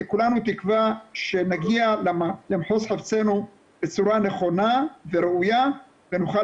כולנו תקווה שנגיע למחוז חפצנו בצורה נכונה וראויה ונוכל